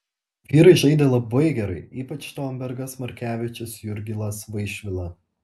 vyrai žaidė labai gerai ypač štombergas markevičius jurgilas vaišvila